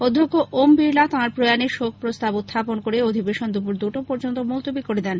অধ্যক্ষ ওম বিডলা তাঁর প্রয়াণে শোকপ্রস্তাব উখ্থাপন করে অধিবেশন দুটো পর্যন্ত মুলতুবি করে দেন